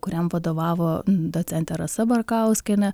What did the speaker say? kuriam vadovavo docentė rasa barkauskienė